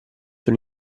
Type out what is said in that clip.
sul